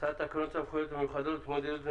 הצעת תקנות סמכויות מיוחדות להתמודדות עם